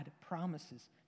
promises